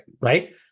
Right